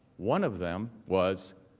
one of them was,